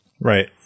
Right